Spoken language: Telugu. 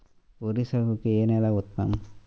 వరి సాగుకు ఏ నేల ఉత్తమం?